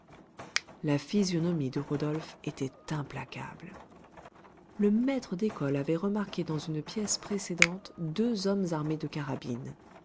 la physionomie de rodolphe était implacable le maître d'école avait remarqué dans une pièce précédente deux hommes armés de carabines